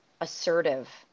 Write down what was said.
assertive